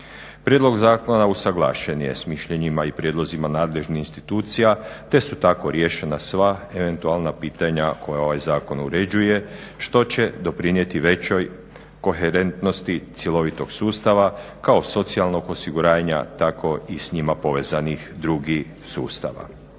Prijedlog zakona usuglašen je s mišljenjima i prijedlozima nadležnih institucija te su tako riješena sva eventualna pitanja koja ovaj zakon uređuje što će doprinijeti većoj koherentnosti cjelovitog sustava kao socijalnog osiguranja tako i s njima povezanih drugih sustava.